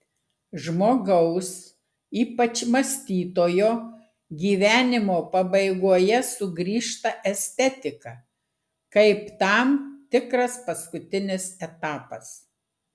žmogaus ypač mąstytojo gyvenimo pabaigoje sugrįžta estetika kaip tam tikras paskutinis etapas